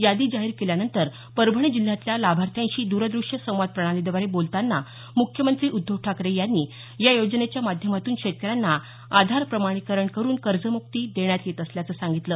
यादी जाहीर केल्यानंतर परभणी जिल्ह्यातल्या लाभार्थ्यांशी दूरदृष्य संवाद प्रणालीद्वारे बोलतांना मुख्यमंत्री उद्धव ठाकरे यांनी या योजनेच्या माध्यमातून शेतकऱ्यांना आधार प्रमाणीकरण करुन कर्जमुक्ती देण्यात येत असल्याचं सांगितलं